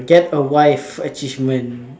get a wife achievement